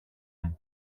μου